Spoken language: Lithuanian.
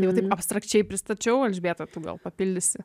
jau taip abstrakčiai pristačiau elžbieta tu gal papildysi